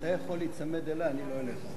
אתה יכול להיצמד אלי, אני לא אליך.